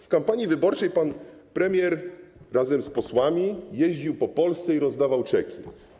W kampanii wyborczej pan premier razem z posłami jeździł po Polsce i rozdawał czeki.